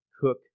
cook